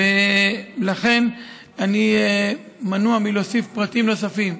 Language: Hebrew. ולכן אני מנוע מלהוסיף פרטים נוספים.